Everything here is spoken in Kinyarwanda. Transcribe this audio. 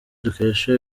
dukesha